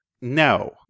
No